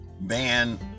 ban